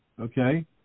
okay